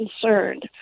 concerned